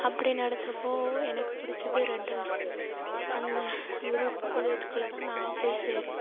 அப்படி நடந்தப்போது எனக்கு பிடித்தது ரெட் ஹௌஸ் அந்த க்ரூப் குழுவத்துக்குள்ள தான் நான் போய் சேர்